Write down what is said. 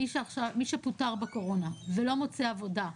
מי שפוטר בקורונה ולא מוצא עבודה,